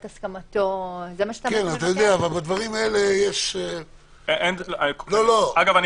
ללא ספק אנחנו מתמודדים מדי יום עם אירועים